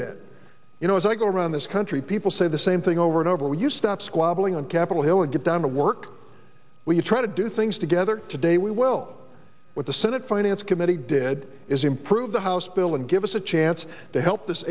that you know as i go around this country people say the same thing over and over you stop squabbling on capitol hill and get down to work when you try to do things together today we will what the senate finance committee did is improve the house bill and give us a chance to help this